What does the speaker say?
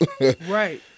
Right